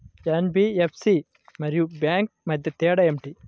NBFC మరియు bank మధ్య తేడా ఏమిటి?